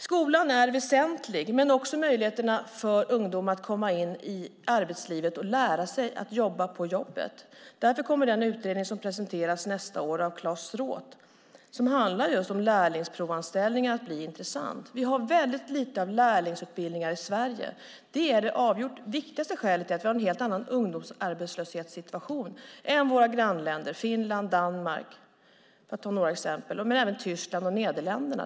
Skolan är väsentlig, men det är också möjligheterna för ungdomar att komma in i arbetslivet och lära sig att jobba på jobbet. Därför kommer den utredning som presenteras nästa år av Claes Stråth som handlar just om lärlingsprovanställningar att bli intressant. Vi har väldigt lite av lärlingsutbildningar i Sverige. Det är det avgjort viktigaste skälet till att vi har en helt annan ungdomsarbetslöshetssituation än våra grannländer, Finland och Danmark, för att ta några exempel, men även Tyskland och Nederländerna.